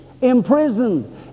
imprisoned